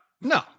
No